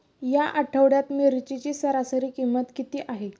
या आठवड्यात मिरचीची सरासरी किंमत किती आहे?